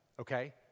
okay